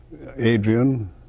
Adrian